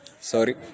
Sorry